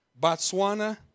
Botswana